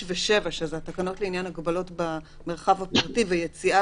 ההגבלות הכלליות לגבי היציאה